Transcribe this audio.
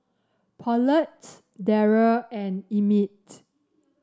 Paulette Darrel and Emmitt